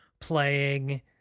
playing